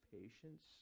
patience